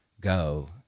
go